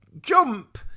jump